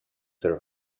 their